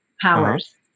powers